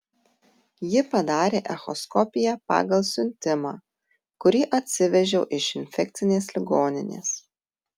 ji padarė echoskopiją pagal siuntimą kurį atsivežiau iš infekcinės ligoninės